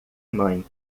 mãe